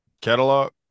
Catalog